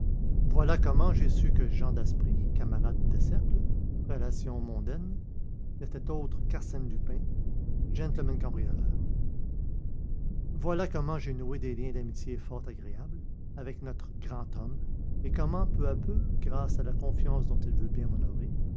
voilà comment j'ai su que jean daspry camarade de cercle relation mondaine n'était autre qu'arsène lupin gentleman cambrioleur voilà comment j'ai noué des liens d'amitié fort agréables avec notre grand homme et comment peu à peu grâce à la confiance dont il veut bien m'honorer